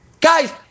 guys